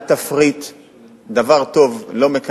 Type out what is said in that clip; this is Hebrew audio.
אל תפריט.